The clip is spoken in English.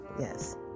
yes